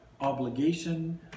obligation